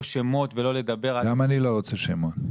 לא שמות ולא לדבר על --- גם אני לא רוצה שמות.